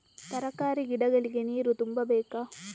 ತರಕಾರಿ ಗಿಡಗಳಿಗೆ ನೀರು ತುಂಬಬೇಕಾ?